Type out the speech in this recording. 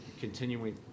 continuing